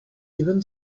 even